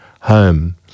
home